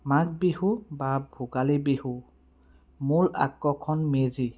মাঘ বিহু বা ভোগালী বিহু মূল আকৰ্ষণ মেজি